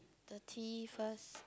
thirty first